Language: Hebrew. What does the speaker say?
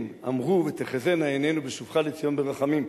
אמרו: "ותחזינה עינינו בשובך לציון ברחמים",